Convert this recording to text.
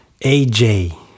AJ